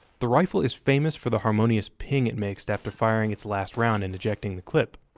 the rifle is famous for the harmonious ping it makes after firing its last round and ejecting the clip.